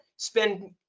Spend